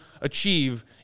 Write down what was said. achieve